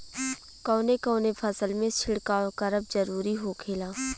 कवने कवने फसल में छिड़काव करब जरूरी होखेला?